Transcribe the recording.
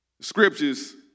Scriptures